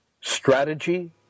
Strategy